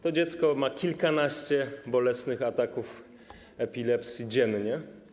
To dziecko ma kilkanaście bolesnych ataków epilepsji dziennie.